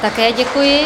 Také děkuji.